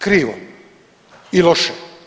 Krivo i loše.